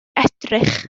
edrych